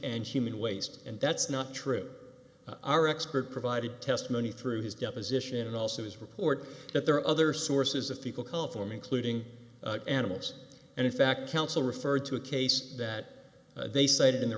and human waste and that's not true our expert provided testimony through his deposition and also his report that there are other sources of fecal coliform including animals and in fact council referred to a case that they cited in the